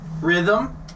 Rhythm